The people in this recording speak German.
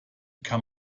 kann